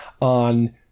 on